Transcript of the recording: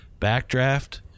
Backdraft